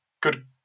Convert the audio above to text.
good